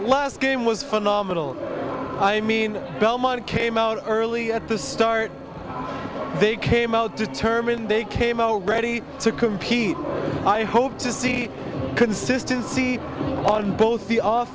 last game was phenomenal i mean belmont came out early at the start they came out determined they came over ready to compete i hope to see consistency on both the off